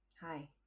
Hi